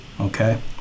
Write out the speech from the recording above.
Okay